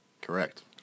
Correct